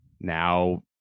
now